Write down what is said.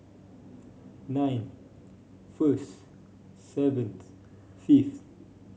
ninth first seventh fifth